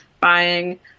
buying